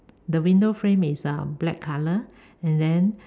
the window frame is uh black color and then